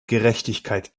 gerechtigkeit